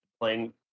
playing